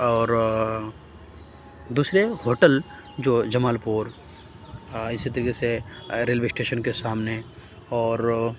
اور دوسرے ہوٹل جو جمال پور اِسی طریقے سے ریلوے اسٹیشن کے سامنے اور